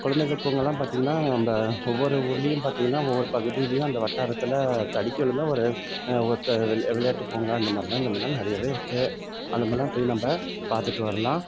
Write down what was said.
குழந்தைகள் பூங்கா எல்லாம் பார்த்திங்கன்னா நம்ப ஒவ்வொரு ஊருளையும் பார்த்திங்கன்னா ஒவ்வொரு பகுதிலையும் அந்த வட்டாரத்தில் தடுக்கி விழுந்தா ஒரு ஒருத்தர் விள விளையாட்டு பூங்கா இந்த மாதிரிலாம் இந்த மாதிரிலாம் நிறையவே இருக்கு அந்த மாதிரிலாம் போய் நம்ப பார்த்துட்டு வரலாம்